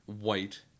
white